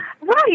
right